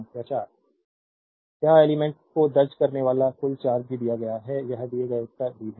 देखें slide time 3313 यह elements को दर्ज करने वाला कुल चार्ज भी दिया गया है यह दिए गए उत्तर भी हैं